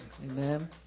Amen